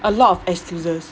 a lot of excuses